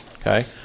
Okay